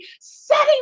setting